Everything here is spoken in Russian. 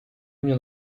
мне